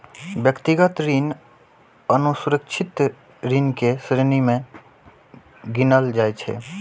व्यक्तिगत ऋण असुरक्षित ऋण के श्रेणी मे गिनल जाइ छै